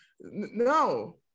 no